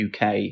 UK